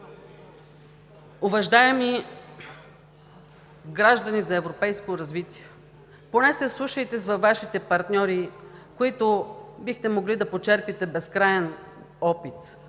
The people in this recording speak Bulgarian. Уважаеми граждани за европейско развитие, поне се вслушайте във Вашите партньори, от които бихте могли да почерпите безкраен опит.